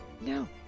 no